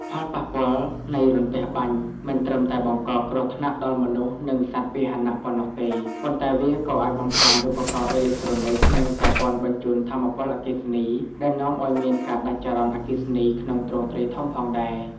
ផលប៉ះពាល់នៃរន្ទះបាញ់មិនត្រឹមតែបង្កគ្រោះថ្នាក់ដល់មនុស្ស និងសត្វពាហនៈប៉ុណ្ណោះទេ ប៉ុន្តែវាក៏អាចបំផ្លាញឧបករណ៍អេឡិចត្រូនិច និងប្រព័ន្ធបញ្ជូនថាមពលអគ្គិសនី ដែលនាំឱ្យមានការដាច់ចរន្តអគ្គិសនីក្នុងទ្រង់ទ្រាយធំផងដែរ។